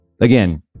again